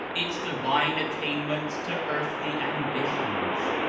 its divine attain ments to earthly ambitions.